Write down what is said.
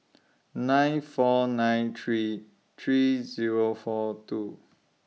nine four nine three three Zero four two